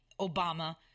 Obama